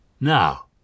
Now